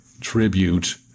tribute